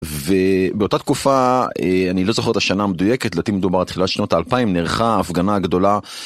ובאותה תקופה, אני לא זוכר את השנה המדויקת, לדעתי מדובר על תחילת השנות האלפיים, נערכה הפגנה גדולה.